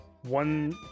one